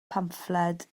pamffled